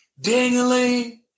dangling